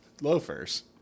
loafers